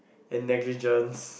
and negligence